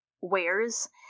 wares